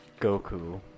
Goku